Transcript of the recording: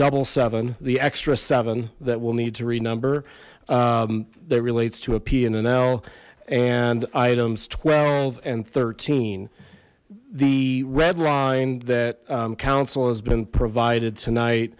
double seven the extra seven that will need to renumber that relates to a p and an l and items twelve and thirteen the red line that counsel has been provided tonight